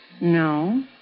No